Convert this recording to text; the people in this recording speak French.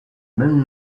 même